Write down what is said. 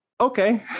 okay